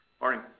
Morning